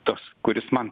tas kuris man